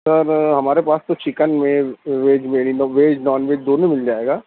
سر ہمارے پاس تو چکن میں ویج ویج نان ویج دونوں مل جائے گا